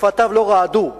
שפתיו לא רעדו,